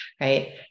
Right